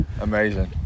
Amazing